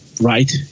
right